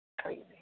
Crazy